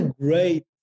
great